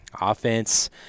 offense